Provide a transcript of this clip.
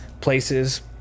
places